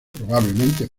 probablemente